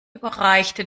überreichte